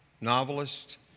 novelist